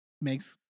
makes